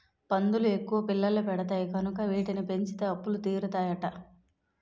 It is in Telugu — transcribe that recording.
పందులు ఎక్కువ పిల్లల్ని పెడతాయి కనుక వీటిని పెంచితే అప్పులు తీరుతాయట